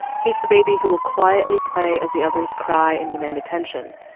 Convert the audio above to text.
he's the baby who will quietly play as the others cry and demand attention.